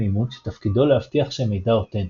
אימות שתפקידו להבטיח שהמידע אותנטי,